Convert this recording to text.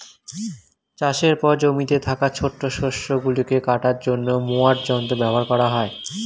চাষের পর জমিতে থাকা ছোট শস্য গুলিকে কাটার জন্য মোয়ার যন্ত্র ব্যবহার করা হয়